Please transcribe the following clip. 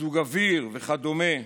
מיזוג אוויר וכדומה.